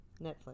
Netflix